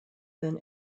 than